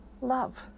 love